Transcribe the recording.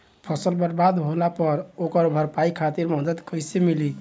फसल बर्बाद होला पर ओकर भरपाई खातिर मदद कइसे मिली?